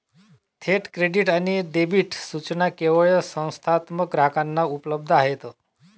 थेट क्रेडिट आणि डेबिट सूचना केवळ संस्थात्मक ग्राहकांना उपलब्ध आहेत